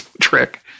trick